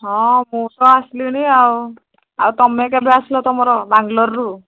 ହଁ ମୁଁ ତ ଆସିଲଣି ଆଉ ଆଉ ତୁମେ କେବେ ଆସିଲ ତୁମର ବାଙ୍ଗଲୋରରୁ